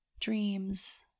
dreams